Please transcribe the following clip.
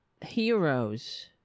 heroes